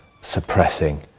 suppressing